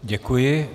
Děkuji.